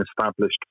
established